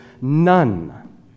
none